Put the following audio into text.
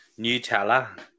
Nutella